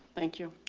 thank you.